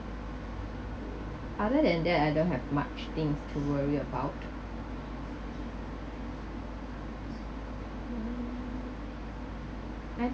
other than that I don't have much things to worry about mm I think